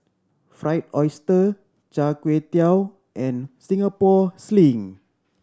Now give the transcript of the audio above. Fried Oyster Char Kway Teow and Singapore Sling